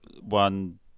one